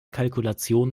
kalkulation